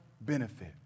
benefit